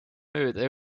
mööda